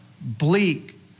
bleak